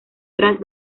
tras